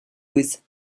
lose